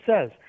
says